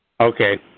Okay